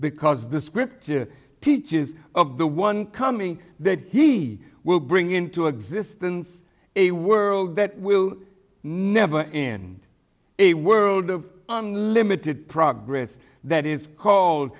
because the scripture teaches of the one coming that he will bring into existence a world that will never end a world of unlimited progress that is called